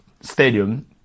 stadium